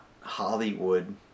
Hollywood